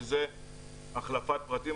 שזה החלפת פרטים,